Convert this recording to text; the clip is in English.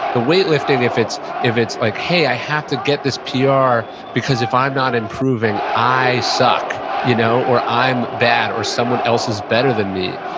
the weightlifting, if it's if it's like, hey, i have to get this ah pr, because if i'm not improving, i suck. you know or i'm bad or someone else's better than me.